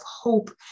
hope